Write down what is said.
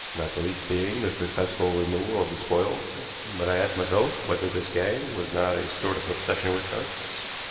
not the least being the successful removal of the spoil but i asked myself whether this gang was not a sort of obsession with us,